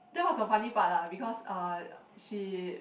that was a funny part lah because uh she